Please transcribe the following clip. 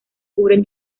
cubren